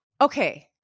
okay